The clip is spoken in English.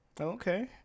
Okay